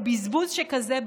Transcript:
ובזבוז שכזה,